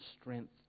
strength